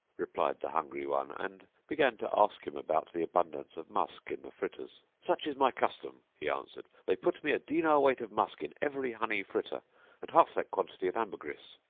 replied the hungry one and began to ask him about the abundance of musk in the fritters. such is my custom, he answered they put me a dinar weight of musk in every honey fritter and half that quantity of ambergris.